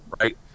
right